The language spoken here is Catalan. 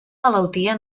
malaltia